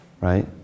right